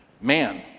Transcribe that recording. Man